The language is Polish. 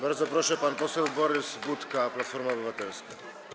Bardzo proszę, pan poseł Borys Budka, Platforma Obywatelska.